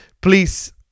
please